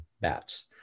bats